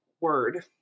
word